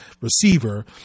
receiver